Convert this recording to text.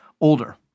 older